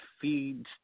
feeds